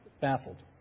baffled